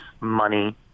money